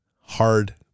hard